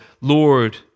Lord